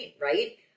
right